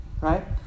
Right